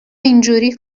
اینجوری